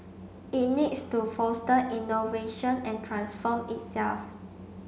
it needs to foster innovation and transform itself